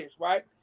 right